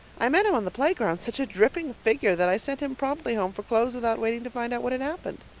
i met him on the playground, such a dripping figure that i sent him promptly home for clothes without waiting to find out what had happened.